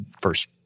first